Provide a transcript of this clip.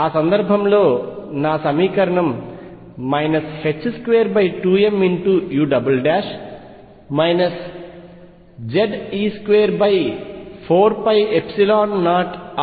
ఆ సందర్భంలో నా సమీకరణం 22mu Ze24π0ruEu